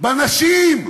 בנשים.